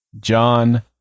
John